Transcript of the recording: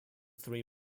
three